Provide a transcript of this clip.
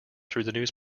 through